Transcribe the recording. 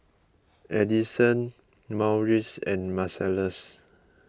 Addyson Marius and Marcellus